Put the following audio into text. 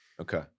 Okay